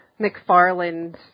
McFarland